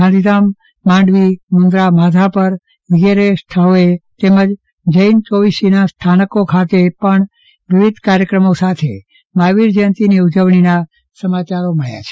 ગાંધીધામમાંડવી મુન્દ્રામાધાપર વગેરે સ્થળોએ તેમજ જૈન ચૌવીસીના સ્થાનકો ખાતે પણ વિવિધ કાર્યક્રમો સાથ મફાવીર જયંતીની ઉજવણીના સમાચારો મબ્યા છે